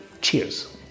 cheers